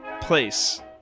Place